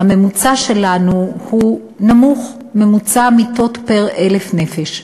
הממוצע שלנו הוא נמוך, ממוצע המיטות פר 1,000 נפש.